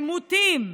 עימותים,